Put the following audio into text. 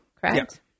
correct